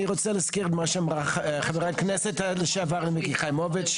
אני רוצה להגיד מה שאמרה חברת הכנסת לשעבר מיקי חיימוביץ'.